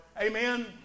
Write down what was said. Amen